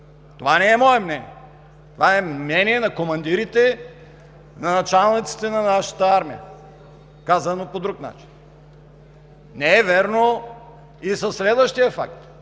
Това не е мое мнение. Това е мнение на командирите, на началниците на нашата армия, казано по друг начин. Не е верен и следващият факт,